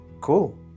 cool